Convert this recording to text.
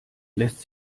lässt